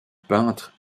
peintre